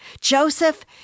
Joseph